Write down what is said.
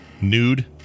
nude